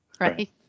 right